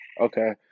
Okay